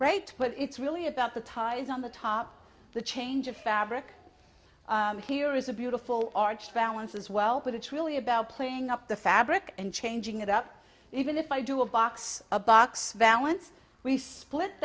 right but it's really about the ties on the top the change of fabric here is a beautiful arched balance as well but it's really about playing up the fabric and changing it up even if i do a box a box vallance we split